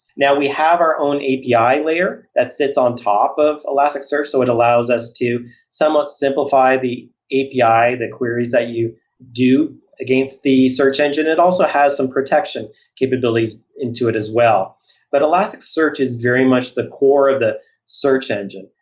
now we have our own api layer that sits on top of elasticsearch, so it allows us to somewhat simplify the api, that queries that you do against the search engine. it also has some protection capabilities into it as well but elasticsearch is very much the core of the search engine.